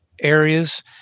areas